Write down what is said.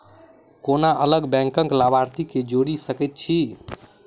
कोना अलग बैंकक लाभार्थी केँ जोड़ी सकैत छी?